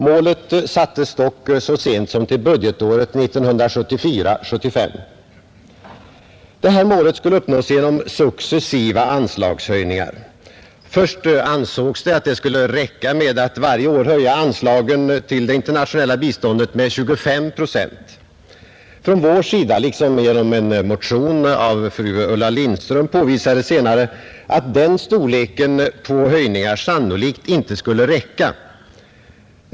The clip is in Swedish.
Målet sattes dock så sent som till budgetåret 1974/75. Målet skulle uppnås genom successiva anslagshöjningar. Först ansågs det att det skulle räcka med att varje år höja anslaget till det internationella biståndet med 25 procent. Från vår sida, liksom genom en motion av fru Ulla Lindström, påvisades senare att den storleken på höjningar sannolikt inte skulle räcka.